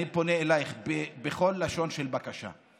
אני פונה אלייך בכל לשון של בקשה,